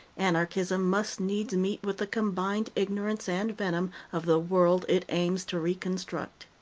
anarchism must needs meet with the combined ignorance and venom of the world it aims to reconstruct.